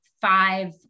five-